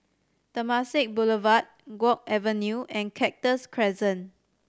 Temasek Boulevard Guok Avenue and Cactus Crescent